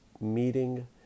meeting